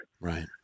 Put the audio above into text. Right